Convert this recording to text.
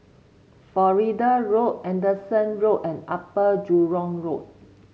Florida Road Anderson Road and Upper Jurong Road